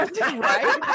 Right